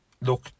look